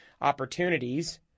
opportunities